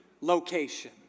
location